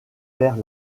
père